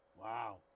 Wow